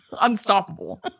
Unstoppable